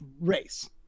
Race